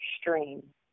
stream